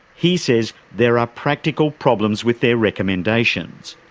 he says there are practical problems with their recommendations,